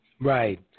Right